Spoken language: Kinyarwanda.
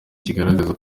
kigaragaza